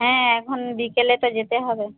হ্যাঁ এখন বিকেলে তো যেতে হবে